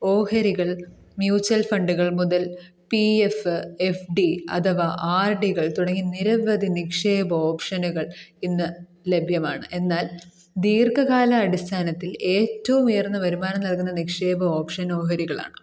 ഓഹരികൾ മ്യൂച്ചൽ ഫണ്ട്കൾ മുതൽ പി എഫ് എഫ് ഡി അഥവാ ആർ ഡി കൾ തുടങ്ങിയ നിരവധി നിക്ഷേപ ഓപ്ഷന്കൾ ഇന്ന് ലഭ്യമാണ് എന്നാൽ ദീർഘകാല അടിസ്ഥാനത്തിൽ ഏറ്റവും ഉയർന്ന വരുമാനം നൽകുന്ന നിക്ഷേപ ഓപ്ഷൻ ഓഹരികളാണ്